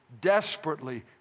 desperately